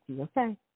okay